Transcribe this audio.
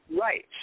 Right